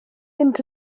mynd